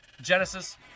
Genesis